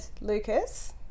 Lucas